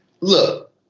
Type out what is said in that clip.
Look